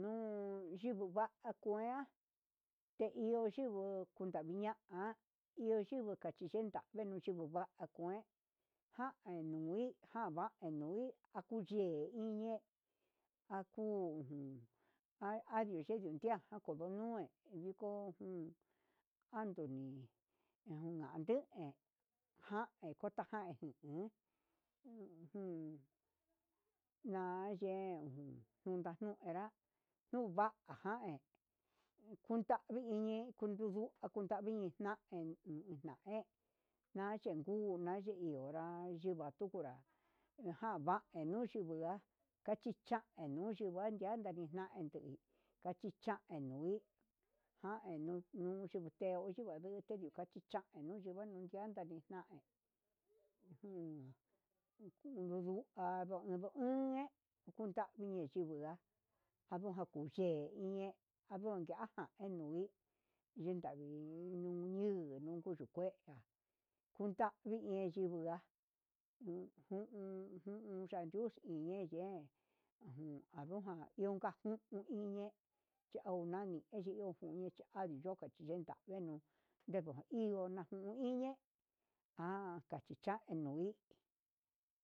Nuu xhivo va'a kendioña te hi ndibu kuntamiña'a ndio xhivo kandi chenda menuu xhivo va'a, kuen jan nden vi jan enui akuyii he iñe'e aku un ha andio chendon ndia ajun ndonue viko jun, anduni najan nayen jain cuenta jain jinuu ujun naye ujun junta nuera nuvajain kutani iñe kuduu kutavi iñe nain, nae nache nguu naye iho yivatu ungunra najan banukun chunra kachi chain nu nguandanra, naetu kachichaen nundin janni nuniute oduvayu yuka kachichan ndijiani kain jun nduduka ando ando umm jen kundavine chiye nda janduu kajuche ihe anuñajan endini, indavi ni ñuu nunkundu kuega kundavi he yindu haá ujun jun yayuxki yine'e un ndanujan iun kajun yine yunani yingu junia chua andiyuu oka chinun kenuu ion kañuu iñe'e ha kachicha he nui.